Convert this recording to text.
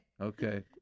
Okay